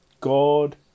God